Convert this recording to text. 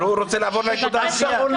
אבל הוא רוצה לעבור לנקודה השנייה.